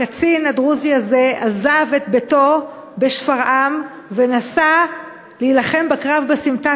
הקצין הדרוזי הזה עזב את ביתו בשפרעם ונסע להילחם בקרב בסמטה,